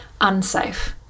unsafe